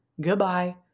Goodbye